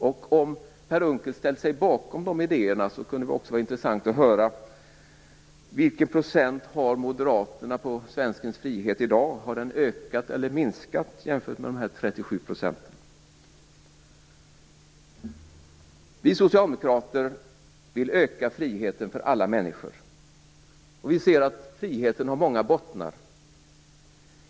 Om Per Unckel ställer sig bakom de idéerna kunde det också vara intressant att höra vilken procent moderaterna har på svenskens frihet i dag. Har den ökat eller minskat jämfört med dessa 37 %? Vi socialdemokrater vill öka friheten för alla människor. Vi ser att friheten har många bottnar.